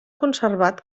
conservat